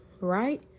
right